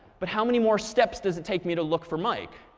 but how many more steps does it take me to look for mike?